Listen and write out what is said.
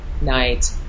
night